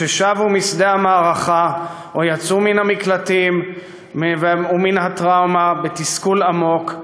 ששבו משדה המערכה או יצאו מן המקלטים ומן הטראומה בתסכול עמוק,